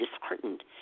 disheartened